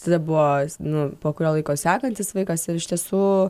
tada buvo nu po kurio laiko sekantis vaikas ir iš tiesų